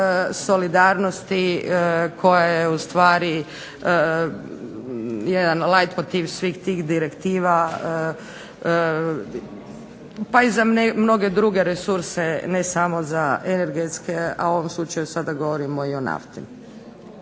solidarnosti koji je lajt motiv svih tih direktiva, pa i za mnoge druge resurse ne samo za energetske, u ovom slučaju govorimo o nafti.